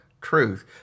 Truth